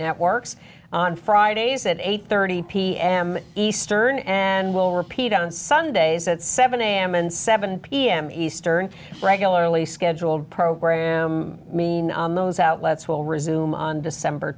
networks on fridays at eight thirty pm eastern and will repeat on sundays at seven am and seven pm eastern regularly scheduled program mean those outlets will resume on december